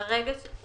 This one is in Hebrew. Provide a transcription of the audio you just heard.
בהמשך לדיון אתמול.